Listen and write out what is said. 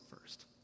first